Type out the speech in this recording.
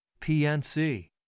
PNC